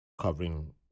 covering